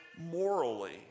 morally